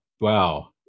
Wow